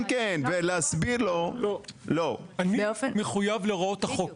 מטרים ולהסביר לו -- אני מחויב להוראות החוק.